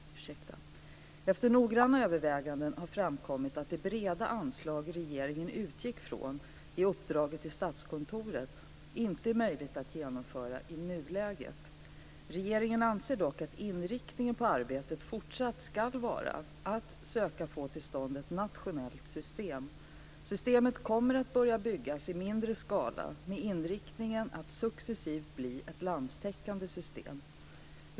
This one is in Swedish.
Efter noggranna överväganden har framkommit att det breda anslag regeringen utgick ifrån i uppdraget till Statskontoret inte är möjligt att genomföra i nuläget. Regeringen anser dock att inriktningen på arbetet fortsatt ska vara att söka få till stånd ett nationellt system. Systemet kommer att börja byggas i mindre skala med inriktningen att successivt bli ett landstäckande system.